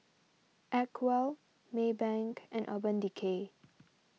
Acwell Maybank and Urban Decay